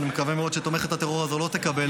אני מקווה מאוד שתומכת הטרור הזאת לא תקבל